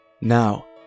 Now